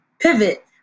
pivot